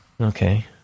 Okay